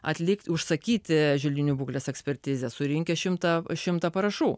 atlikti užsakyti želdinių būklės ekspertizę surinkęs šimtą šimtą parašų